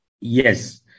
Yes